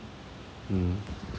mm